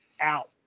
out